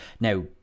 Now